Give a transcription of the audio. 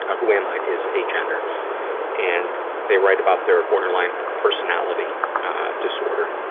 ah who am i is agender, and they write about their borderline personality disorder.